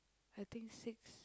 I think six